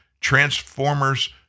transformers